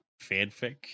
fanfic